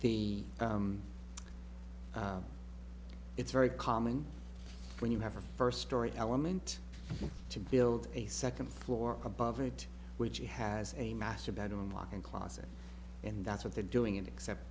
the it's very common when you have a first story element to build a second floor above it which he has a master bedroom walk in closet and that's what they're doing except